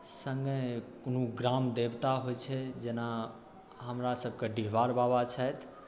संगे कोनो ग्राम देवता होइ छथि जेना हमरासभके डीहबार बाबा छथि